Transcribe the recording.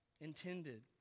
intended